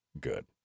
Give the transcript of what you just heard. good